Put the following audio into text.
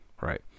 Right